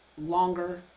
longer